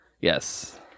Yes